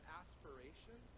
aspiration